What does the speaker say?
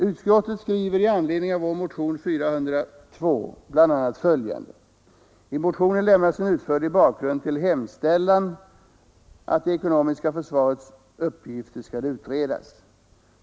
Utskottet skriver i anledning av vår motion 402 bl.a. följande: ”I motionen ——— lämnas en utförlig bakgrund till hemställan att det ekonomiska försvarets uppgifter skall utredas.